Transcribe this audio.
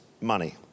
money